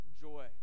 joy